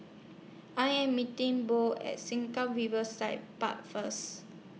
I Am meeting Bo At Sengkang Riverside Park First